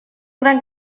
gran